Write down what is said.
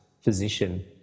physician